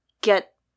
get